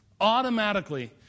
automatically